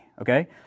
okay